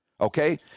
okay